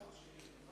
מה עם החוק שלי?